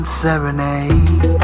Serenade